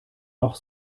noch